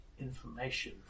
information